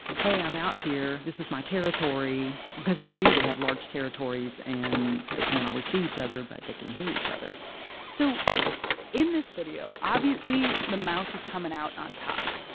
hey, i'm out here, this is my territory, because they do they have large territories. and they can't always see each other, but they can hear each other so in this video, obviously, the mouse is coming out on top.